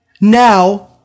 Now